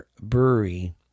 brewery